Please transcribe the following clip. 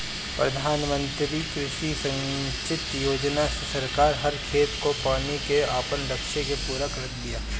प्रधानमंत्री कृषि संचित योजना से सरकार हर खेत को पानी के आपन लक्ष्य के पूरा करत बिया